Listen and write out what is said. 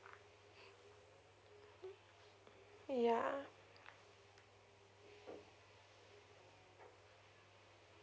yeah